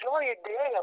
jo idėja